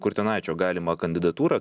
kurtinaičio galimą kandidatūrą